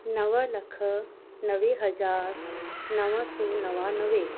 नव लख नवे हज़ार नव सौ नवानवे